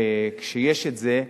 וכשיש את זה,